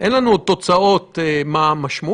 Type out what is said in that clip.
אין משהו